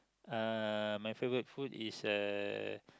uh my favorite food is uh